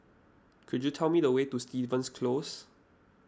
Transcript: could you tell me the way to Stevens Close